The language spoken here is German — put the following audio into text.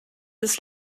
des